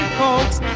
folks